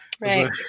Right